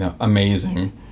amazing